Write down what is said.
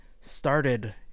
started